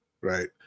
right